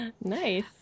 Nice